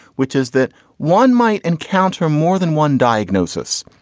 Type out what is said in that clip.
which is that one might encounter more than one diagnosis.